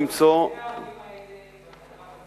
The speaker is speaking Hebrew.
בין ההורים האלה,